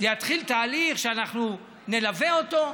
יתחיל תהליך, שאנחנו נלווה אותו,